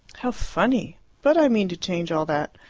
how funny! but i mean to change all that.